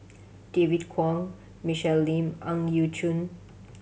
David Kwo Michelle Lim Ang Yau Choon